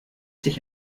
sich